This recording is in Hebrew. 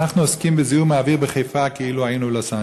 ואנחנו עוסקים בזיהום האוויר בחיפה כאילו היינו לוס-אנג'לס.